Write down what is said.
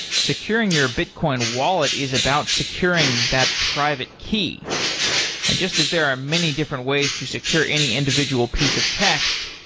securing your bitcoin wallet is about securing that private key, and just as there are many different ways to secure any individual piece of text,